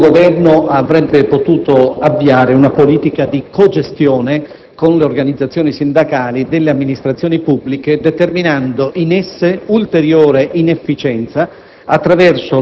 che il nuovo Governo avrebbe avviato una politica di cogestione con le organizzazioni sindacali delle amministrazioni pubbliche, determinando in esse ulteriore inefficienza